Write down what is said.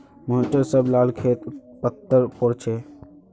मोहिटर सब ला खेत पत्तर पोर छे